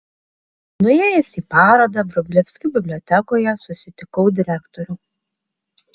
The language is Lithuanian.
nuėjęs į parodą vrublevskių bibliotekoje susitikau direktorių